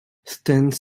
stands